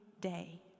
day